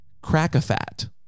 crack-a-fat